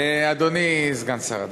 אדוני סגן שר הדתות,